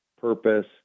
purpose